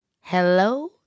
Hello